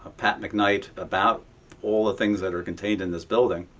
pat mcknight about all the things that are contained in this building.